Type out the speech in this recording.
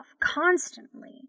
constantly